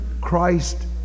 Christ